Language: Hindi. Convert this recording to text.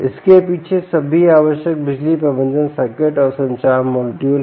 इसके पीछे सभी आवश्यक बिजली प्रबंधन सर्किट और संचार मॉड्यूल हैं